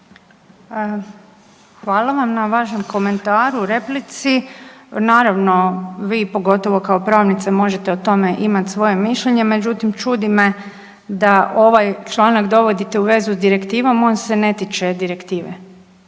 Hvala vam na vašem komentaru, replici, naravno vi pogotovo kao pravnica možete o tome imati svoje mišljenje, međutim čudi me da ovaj članak dovodite u vezu s direktivom, on se ne tiče direktive.